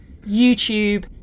YouTube